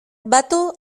batu